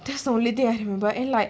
that's the only thing I can remember and like